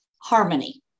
harmony